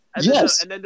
Yes